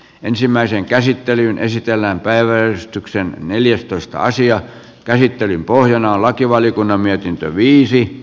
ensimmäiseen käsittelyyn esitellään päivystykseen neljästoista asian käsittelyn pohjana on lakivaliokunnan mietintö